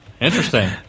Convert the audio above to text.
Interesting